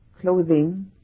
clothing